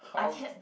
I kept